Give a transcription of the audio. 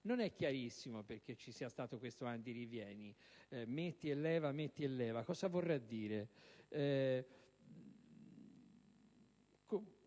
Non è chiarissimo perché ci sia stato questo andirivieni, questo metti e leva: cosa vorrà dire?